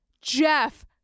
Jeff